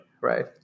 right